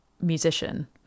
musician